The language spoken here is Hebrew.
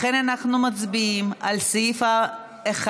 לכן אנחנו מצביעים על סעיף 1,